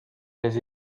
les